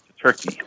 Turkey